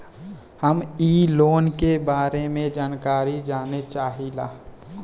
हम इ लोन के बारे मे जानकारी जाने चाहीला?